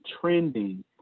trending